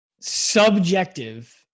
Subjective